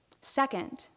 Second